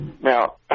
Now